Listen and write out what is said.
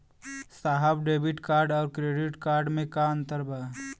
साहब debit card और credit card में का अंतर बा?